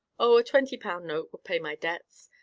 oh, a twenty-pound note would pay my debts,